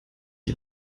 die